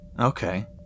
Okay